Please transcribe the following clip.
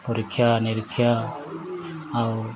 ପରୀକ୍ଷା ନିରୀକ୍ଷା ଆଉ